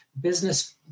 business